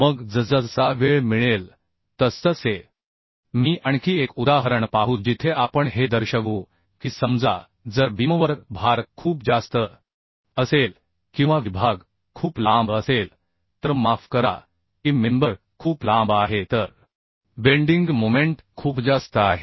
मग जसजसा वेळ मिळेल तसतसे मी आणखी एक उदाहरण पाहू जिथे आपण हे दर्शवू की समजा जर बीमवर भार खूप जास्त असेल किंवा विभाग खूप लांब असेल तर माफ करा की मेंबर खूप लांब आहे तर बेंडिंग मोमेंट खूप जास्त आहे